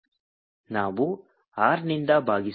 I2 602110RV1RI2 60R2110R ನಾವು R ನಿಂದ ಭಾಗಿಸೋಣ